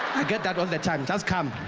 i get that all the time, just come.